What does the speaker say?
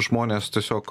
žmonės tiesiog